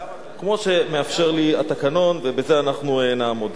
כמו שמאפשר לי התקנון, ובזה אנחנו נעמוד.